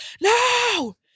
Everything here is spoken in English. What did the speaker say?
no